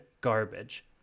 garbage